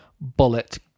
bullet